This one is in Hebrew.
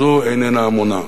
זו איננה המניעה.